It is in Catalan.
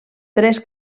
tres